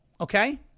Okay